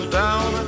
down